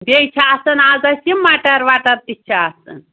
بیٚیہِ چھِ آسان آز اَسہِ یِم مَٹر وَٹَر تہِ چھِ آسان